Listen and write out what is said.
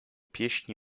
pieśni